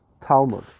Talmud